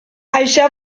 això